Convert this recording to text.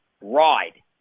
ride